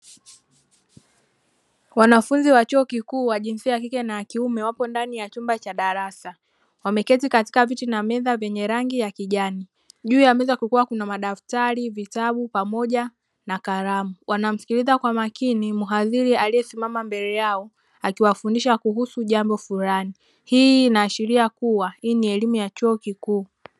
Wanafunzi wa chuo kikuu wa jinsia ya kike na ya kiume wapo ndani ya chumba cha darasa. Wameketi katika viti na meza vyenye rangi ya kijani, juu ya meza kukiwa kuna: madaftari, vitabu pamoja na kalamu. Wanamsikiliza kwa makini mhadhiri aliyesimama mbele yao akiwafundisha kuhusu jambo fulani. Hii inaashiria kuwa hii ni elimu ya chuo kikuu.